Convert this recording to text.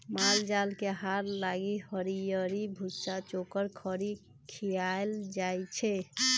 माल जाल के आहार लागी हरियरी, भूसा, चोकर, खरी खियाएल जाई छै